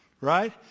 right